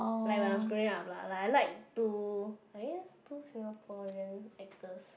like when I was growing up lah like I like two I think it's two Singaporean actors